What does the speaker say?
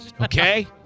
Okay